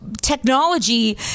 technology